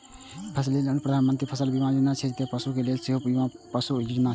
फसिल लेल प्रधानमंत्री फसल बीमा योजना छै, ते पशु लेल सेहो पशु बीमा योजना छै